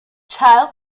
child